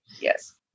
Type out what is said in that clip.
Yes